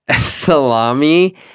salami